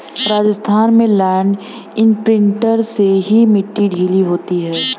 राजस्थान में land imprinter से ही मिट्टी ढीली होती है